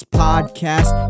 podcast